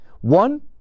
one